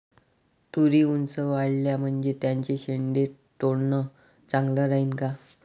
तुरी ऊंच वाढल्या म्हनजे त्याचे शेंडे तोडनं चांगलं राहीन का?